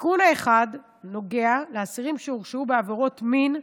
התיקון האחד נוגע לאסירים שהורשעו בעבירות מין,